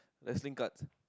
wrestling cards